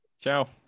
Ciao